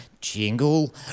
jingle